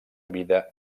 vida